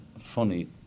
funny